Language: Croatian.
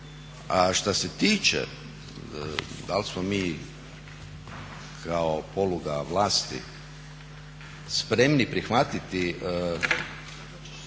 A šta se tiče da li smo mi kao poluga vlasti spremni prihvatiti